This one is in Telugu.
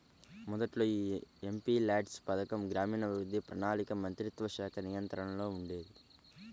మొదట్లో యీ ఎంపీల్యాడ్స్ పథకం గ్రామీణాభివృద్ధి, ప్రణాళికా మంత్రిత్వశాఖ నియంత్రణలో ఉండేది